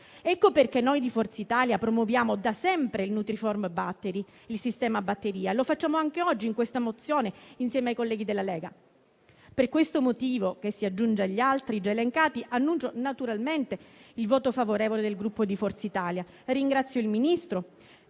Ecco perché, noi di Forza Italia, promuoviamo da sempre il nutrinform battery, il sistema a batteria. Lo facciamo anche oggi, in questa mozione, insieme ai colleghi della Lega. Per questo motivo, che si aggiunge agli altri già elencati, annuncio naturalmente il voto favorevole del Gruppo Forza Italia e ringrazio il Ministro